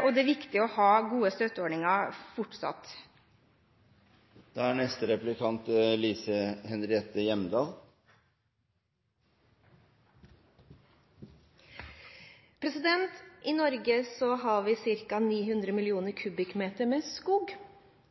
og det er viktig å ha gode støtteordninger fortsatt. I Norge har vi ca. 900 millioner kubikkmeter skog.